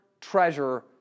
treasure